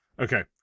Okay